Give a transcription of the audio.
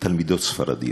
תלמידות ספרדיות.